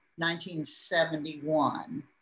1971